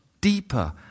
deeper